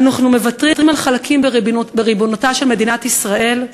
אנחנו מוותרים על חלקים בריבונותה של מדינת ישראל?